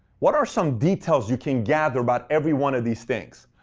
what are some details you can gather about every one of these things?